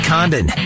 Condon